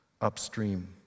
upstream